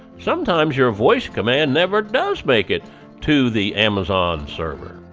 sometimes your voice command never does make it to the amazon server.